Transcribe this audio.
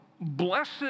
Blessed